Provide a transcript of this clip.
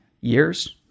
years